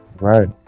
right